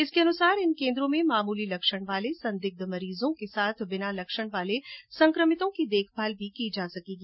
इसके अनुसार इन केन्द्रों में मामूली लक्षण वाले संदिग्ध मरीजों के साथ साथ बिना लक्षण वाले संक्रमितों की देखभाल भी की जा सकेगी